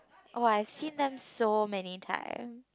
[wah] I seen them so many time